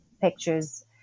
pictures